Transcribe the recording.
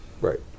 Right